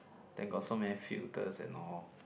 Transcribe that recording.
then got so many filters and all